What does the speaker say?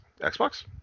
Xbox